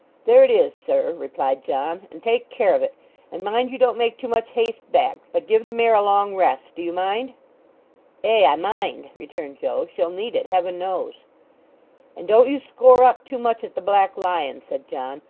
there it is, sir replied john and take care of it and mind you don't make too much haste back, but give the mare a long rest do you mind ay, i mind returned joe. she'll need it, heaven knows and don't you score up too much at the black lion said john.